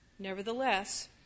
Nevertheless